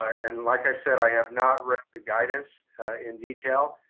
and like i said, i have not read the guidance in detail,